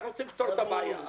אנחנו רוצים לפתור את הבעיה.